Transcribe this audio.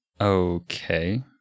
okay